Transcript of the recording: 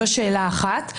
זו שאלה אחת.